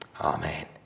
Amen